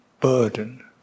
burden